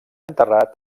enterrat